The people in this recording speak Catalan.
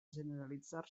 generalitzar